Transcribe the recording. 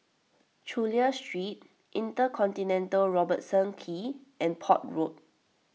Chulia Street Intercontinental Robertson Quay and Port Road